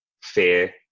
fear